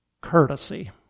courtesy